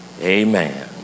Amen